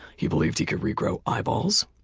he believed he could re-grow eyeballs.